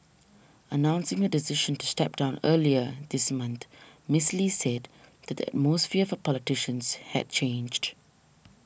announcing her decision to step down earlier this month Miss Lee said today mosphere for politicians had changed